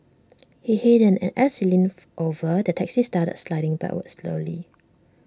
he hadn't and as he leaned over the taxi started sliding backwards slowly